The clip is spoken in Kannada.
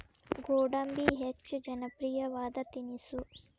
ಗೋಡಂಬಿ ಹೆಚ್ಚ ಜನಪ್ರಿಯವಾದ ತಿನಿಸು